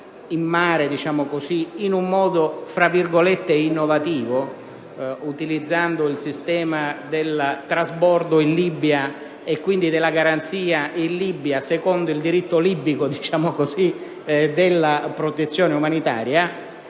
in modo "innovativo", utilizzando il sistema del trasbordo in Libia e quindi della garanzia in Libia, secondo il diritto libico, della protezione umanitaria,